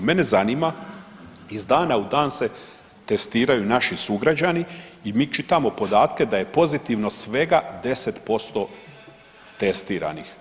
Mene zanima iz dana u dan se testiraju naši sugrađani i mi čitamo podatke da je pozitivno svega 10% testiranih.